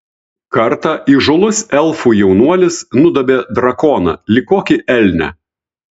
kartą įžūlus elfų jaunuolis nudobė drakoną lyg kokį elnią